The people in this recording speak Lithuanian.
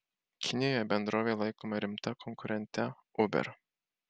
kinijoje bendrovė laikoma rimta konkurente uber